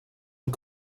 and